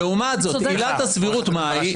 לעומת זאת, עילת הסבירות מהי?